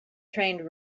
trained